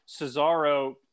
Cesaro